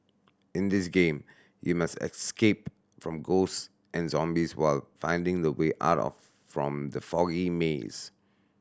in this game you must escape from ghosts and zombies while finding the way out of from the foggy maze